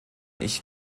ich